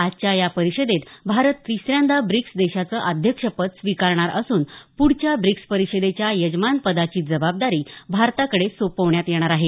आजच्या या परिषदेत भारत तिसऱ्यांदा ब्रिक्स देशांचं अध्यक्षपद स्वीकारणार असून प्ढच्या ब्रिक्स परिषदेच्या यजमानपदाची जबाबदारी भारताकडे सोपवण्यात येणार आहे